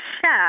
chef